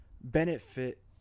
benefit